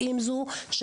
עם זאת,